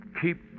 keep